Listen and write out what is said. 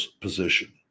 position